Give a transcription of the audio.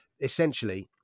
essentially